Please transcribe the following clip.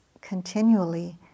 continually